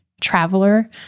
traveler